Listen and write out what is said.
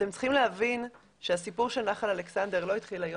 אתם צריכים להבין שהסיפור של נחל אלכסנדר לא התחיל היום.